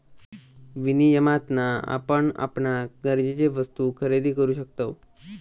विनियमातना आपण आपणाक गरजेचे वस्तु खरेदी करु शकतव